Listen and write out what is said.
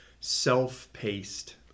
self-paced